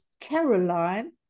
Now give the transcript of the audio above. caroline